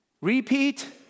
repeat